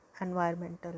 environmental